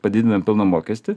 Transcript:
padidinam pelno mokestį